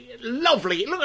lovely